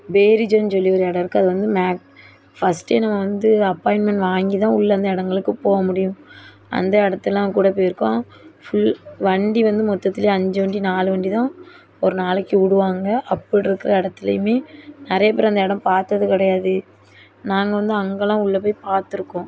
வேரிஜான் சொல்லி ஒரு இடம் இருக்குது அது வந்து ஃபஸ்ட்டே நம்ம வந்து அப்பாயின்மெண்ட் வாங்கி தான் உள்ளே அந்த இடங்களுக்கு போக முடியும் அந்த இடத்தலாம் கூட போய்ருக்கோம் ஃபுல் வண்டி வந்து மொத்தத்தில் அஞ்சு வண்டி நாலு வண்டி தான் ஒரு நாளைக்கு விடுவாங்க அப்படி இருக்கிற இடத்துலேயுமே நிறைய பேர் அந்த இடம் பார்த்தது கிடையாது நாங்கள் வந்து அங்கேலாம் உள்ளே போய் பாத்திருக்கோம்